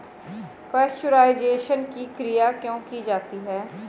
Pasteurisation की क्रिया क्यों की जाती है?